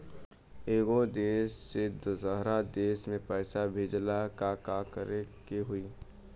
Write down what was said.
एगो देश से दशहरा देश मे पैसा भेजे ला का करेके होई?